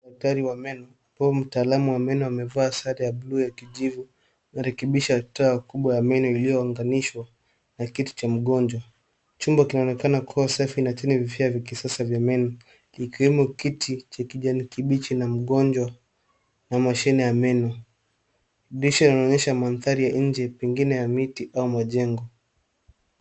Daktari wa meno au mtaalamu wa meno amevaa sare ya buluu ya kijivu. Anarekebisha taa kubwa ya meno iliyounganishwa na kiti cha mgonjwa. Chumba kinaonekana kuwa safi na chenye vifaa vya kisasa vya meno, ikiwemo kiti cha kijani kibichi cha mgonjwa na mashine ya meno. Dirisha inaonyesha mandhari ya nje pengine ya miti au majengo.